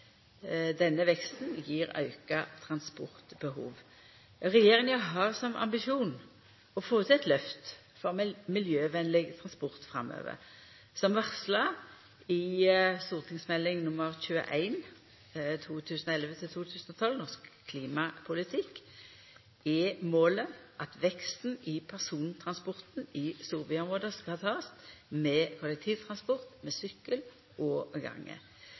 Denne veksten gjev auka transportbehov. Regjeringa har som ambisjon å få til eit lyft for miljøvenleg transport framover. Som varsla i Meld. St. 21 for 2011–2012 Norsk klimapolitikk er målet at veksten i persontransporten i storbyområda skal takast med kollektivtransport, sykkel og